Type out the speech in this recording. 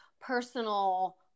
personal